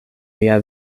lia